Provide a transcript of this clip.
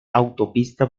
autopista